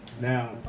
Now